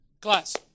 Class